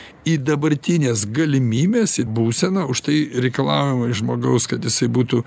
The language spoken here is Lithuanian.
į dabartines galimybes į būseną užtai reikalaujama iš žmogaus kad jisai būtų